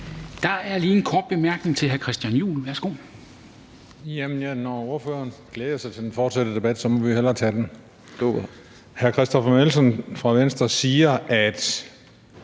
Der er lige en kort bemærkning til hr. Christian Juhl, værsgo. Kl. 13:15 Christian Juhl (EL): Når ordføreren glæder sig til den fortsatte debat, må vi hellere tage den. Hr. Christoffer Aagaard Melson fra Venstre siger, at